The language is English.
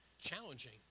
challenging